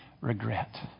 regret